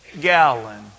gallon